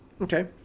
okay